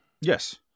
Yes